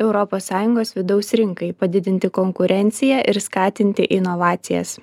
europos sąjungos vidaus rinkai padidinti konkurenciją ir skatinti inovacijas